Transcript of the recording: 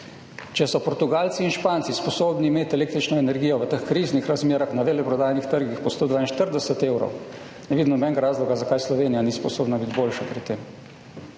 Če so Portugalci in Španci sposobni imeti električno energijo v teh kriznih razmerah na veleprodajnih trgih po 142 evrov, ne vidim nobenega razloga, zakaj Slovenija ni sposobna biti boljša pri tem.